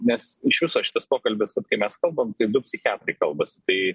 nes iš viso šitas pokalbis vat kai mes kalbam kaip du psichiatrai kalbasi tai